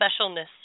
specialness